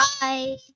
Bye